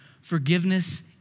Forgiveness